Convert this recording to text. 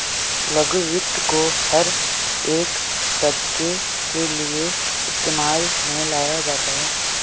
लघु वित्त को हर एक तबके के लिये इस्तेमाल में लाया जाता है